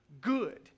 good